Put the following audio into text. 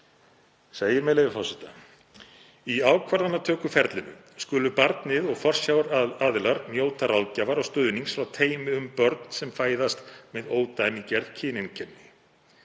segir, með leyfi forseta: „Í ákvarðanatökuferlinu skulu barnið og forsjáraðilar njóta ráðgjafar og stuðnings frá teymi um börn sem fæðast með ódæmigerð kyneinkenni